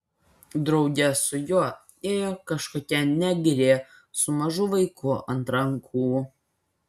drauge su juo ėjo kažkokia negrė su mažu vaiku ant rankų